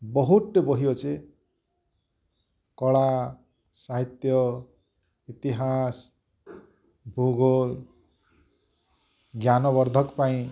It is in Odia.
ବହୁତ୍ ଟୁ ବହି ଅଛି କଳା ସାହିତ୍ୟ ଇତିହାସ ଭୂଗୋଲ୍ ଜ୍ଞାନ ବର୍ଦ୍ଧକ୍ ପାଇଁ